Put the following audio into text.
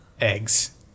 Eggs